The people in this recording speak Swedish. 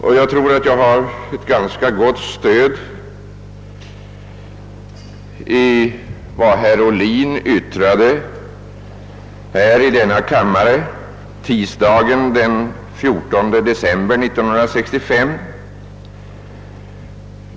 Jag tror också att jag har ett ganska gott stöd i vad berr Ohlin anförde i denna kammare tisdagen den 14 december 1965.